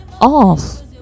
off